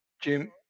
Jim